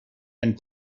and